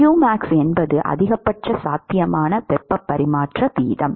q max என்பது அதிகபட்ச சாத்தியமான வெப்பப் பரிமாற்ற வீதம்